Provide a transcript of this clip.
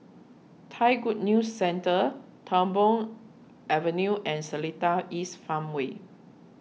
Thai Good News Centre Tung Po Avenue and Seletar East Farmway